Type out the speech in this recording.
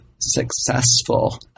successful